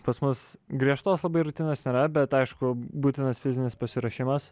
pas mus griežtos labai rutonos nėra bet aišku būtinas fizinis pasiruošimas